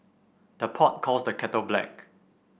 the pot calls the kettle black